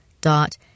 dot